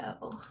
go